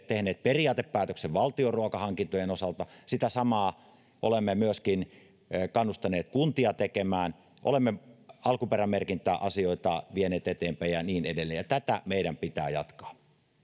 tehneet periaatepäätöksen valtion ruokahankintojen osalta sitä samaa olemme myöskin kannustaneet kuntia tekemään olemme alkuperämerkintäasioita vieneet eteenpäin ja niin edelleen ja tätä meidän pitää jatkaa